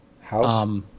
House